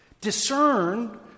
Discern